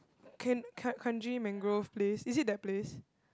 can Kranji mangrove place is it that place